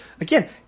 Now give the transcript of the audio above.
Again